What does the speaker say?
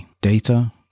data